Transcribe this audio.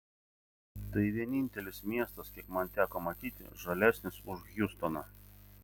tai vienintelis miestas kiek man teko matyti žalesnis už hjustoną